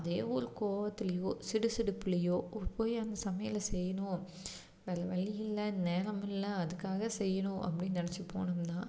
அதே ஒரு கோவத்திலியே சிடு சிடுப்புலேயோ போய் அந்த சமையலை செய்யணும் வேறு வழி இல்லை நேரமில்லை அதுக்காக செய்யணும் அப்படினு நினச்சி போனோம்னால்